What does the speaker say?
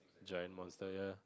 giant monster ya